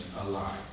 alive